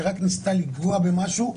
שרק ניסתה לגעת במשהו,